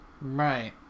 Right